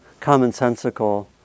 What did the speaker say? commonsensical